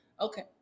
Okay